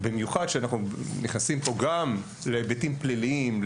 במיוחד כשאנחנו נכנסים פה גם להיבטים פליליים,